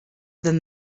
than